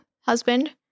husband